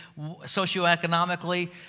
socioeconomically